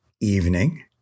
evening